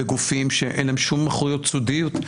הוא נמצא בגופים שאין להם שום אחריות סודיות.